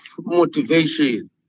motivation